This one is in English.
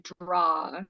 draw